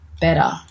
better